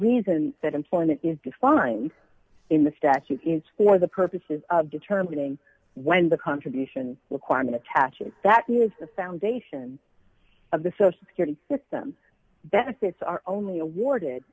reason that employment is defined in the statute is for the purposes of determining when the contribution requirement attaches that is the foundation of the social security system benefits are only awarded